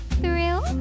thrill